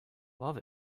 love